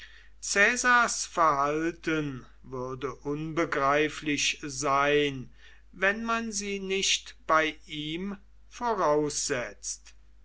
caesars verhalten würde unbegreiflich sein wenn man sie nicht bei ihm voraussetzt